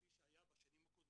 כפי שהיה בשנים הקודמות,